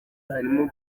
harimo